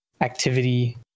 activity